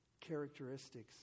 characteristics